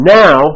now